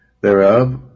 Thereof